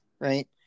right